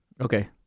Okay